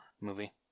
movie